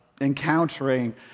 encountering